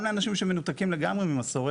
גם לאנשים שמנותקים לגמרי ממסורת,